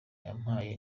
yampaye